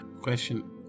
Question